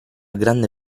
grande